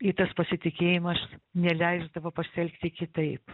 i tas pasitikėjimas neleisdavo pasielgti kitaip